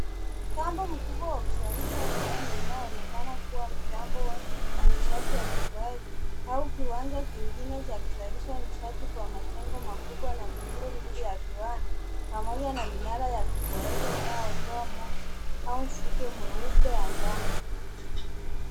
Mtambo mkubwa wa kuzalisha umeme, unaoonekana kuwa mitambo ya nishati ya jotoardhi au kiwanja kingine cha kuzalisha nishati. Kuna majengo makubwa na miundo mingi ya viwanda, pamoja na minara ya kupoeza inayotoa moshi au mvuke mweupe angani.